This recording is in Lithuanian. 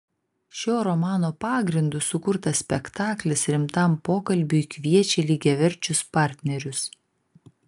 šio romano pagrindu sukurtas spektaklis rimtam pokalbiui kviečia lygiaverčius partnerius